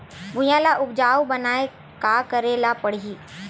भुइयां ल उपजाऊ बनाये का करे ल पड़ही?